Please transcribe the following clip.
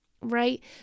right